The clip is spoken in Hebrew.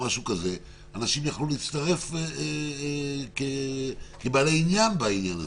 אנשים היו יכולים להצטרף כבעלי עניין בעניין הזה.